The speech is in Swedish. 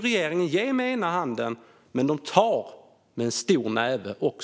Regeringen vill ge med ena handen men tar också bort med en stor näve.